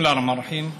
הם מרגישים בטוחים.